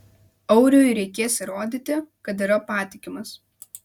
auriui reikės įrodyti kad yra patikimas